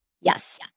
yes